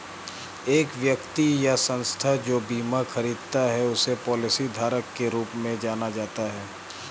एक व्यक्ति या संस्था जो बीमा खरीदता है उसे पॉलिसीधारक के रूप में जाना जाता है